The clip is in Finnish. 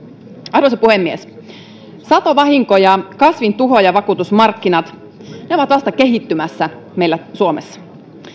arvoisa puhemies satovahinko ja kasvintuhoojavakuutusmarkkinat ovat vasta kehittymässä meillä suomessa